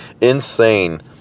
Insane